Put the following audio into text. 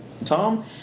Tom